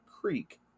creek